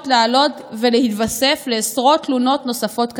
לעלות ולהתווסף לעשרות תלונות נוספות קיימות.